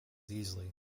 easily